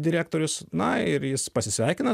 direktorius na ir jis pasisveikina